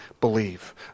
believe